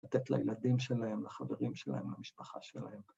‫לתת לילדים שלהם, לחברים שלהם, ‫למשפחה שלהם.